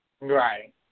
Right